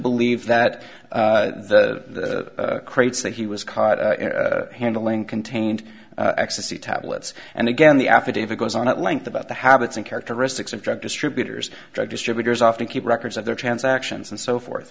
believe that the crates that he was caught handling contained ecstasy tablets and again the affidavit goes on at length about the habits and characteristics of drug distributors drug distributors often keep records of their transactions and so forth